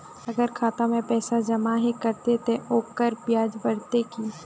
अगर खाता में पैसा जमा ही रहते ते ओकर ब्याज बढ़ते की?